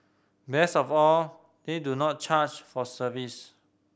best of all they do not charge for service